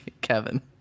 kevin